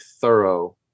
thorough